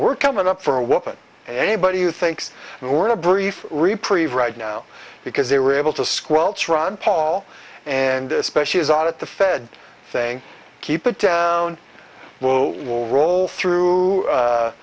we're coming up for a woman and anybody who thinks we're in a brief reprieve right now because they were able to squelch ron paul and especially is audit the fed saying keep it down low will roll through